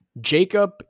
Jacob